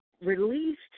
released